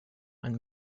and